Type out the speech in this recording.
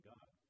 God